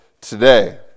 today